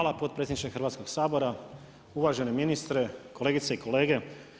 Hvala potpredsjedniče Hrvatskog sabora, uvaženi ministre, kolegice i kolege.